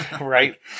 Right